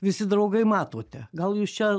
visi draugai matote gal jūs čia